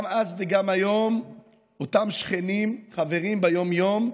גם אז וגם היום אותם שכנים, חברים ביום-יום,